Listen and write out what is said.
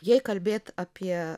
jei kalbėt apie